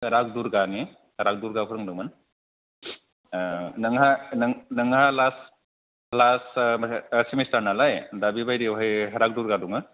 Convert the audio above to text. राजदुरगानि राजदुरगा फोरोंदोंमोन नोंहा last semester नालाय दा बेबायदिआवहाय राजदुरगा दंङो